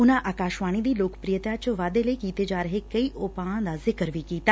ਉਨੂਾ ਆਕਾਸ਼ਵਾਣੀ ਦੀ ਲੋਕ ਪ੍ਰਿਯਤਾ ਚ ਵਾਧੇ ਲਈ ਕੀਤੇ ਜਾ ਰਹੇ ਕਈ ਉਪਾਆ ਦਾ ਜ਼ਿਕਰ ਵੀ ਕੀਤਾ